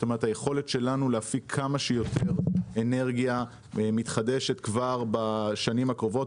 כלומר היכולת שלנו להפיק כמה שיותר אנרגיה מתחדשת כבר בשנים הקרובות,